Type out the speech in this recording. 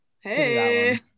Hey